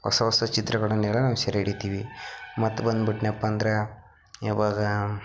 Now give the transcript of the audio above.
ಹೊಸ ಹೊಸ ಚಿತ್ರಗಳನ್ನೆಲ್ಲ ನಾವು ಸೆರೆಹಿಡಿತೀವಿ ಮತ್ತೆ ಬಂದುಬಿಟ್ನೆಪ್ಪ ಅಂದರೆ ಯಾವಾಗ